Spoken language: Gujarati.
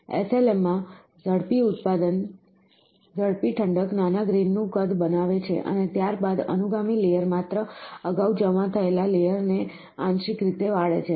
SLM માં ઝડપી ઠંડક નાના ગ્રેઈન નું કદ બનાવે છે અને ત્યારબાદ અનુગામી લેયર માત્ર અગાઉ જમા થયેલા લેયરને આંશિક રીતે ઓગાળે છે